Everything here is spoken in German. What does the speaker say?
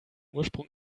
ursprung